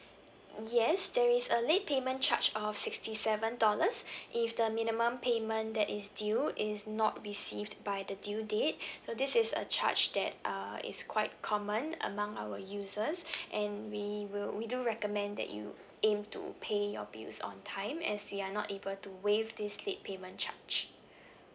yes there is a late payment charge of sixty seven dollars if the minimum payment that is due is not received by the due date so this is a charge that uh is quite common among our users and we will we do recommend that you aim to pay your bills on time as we are not able to waive this late payment charge